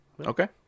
Okay